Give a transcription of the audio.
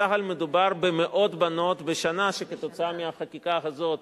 לפי הערכה של צה"ל מדובר במאות בנות בשנה שיתגייסו כתוצאה מהחקיקה הזאת.